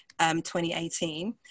2018